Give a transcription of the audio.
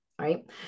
right